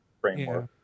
framework